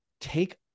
take